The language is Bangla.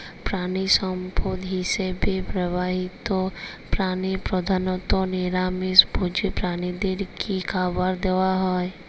প্রাণিসম্পদ হিসেবে ব্যবহৃত প্রাণী প্রধানত নিরামিষ ভোজী প্রাণীদের কী খাবার দেয়া হয়?